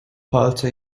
palce